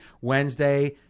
wednesday